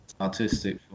artistic